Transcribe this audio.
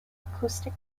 acoustic